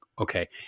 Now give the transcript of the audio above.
okay